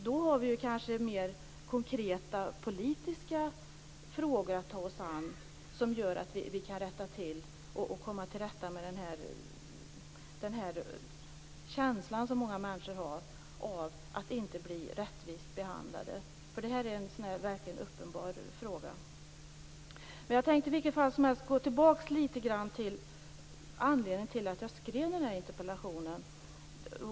Då finns det mer konkreta politiska frågor att ta oss an som gör att vi kan komma till rätta med den känsla många människor har av att inte bli rättvist behandlade. Det är en verkligen uppenbar fråga. Jag tänkte gå tillbaka till anledningen till att jag väckte interpellationen.